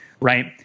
Right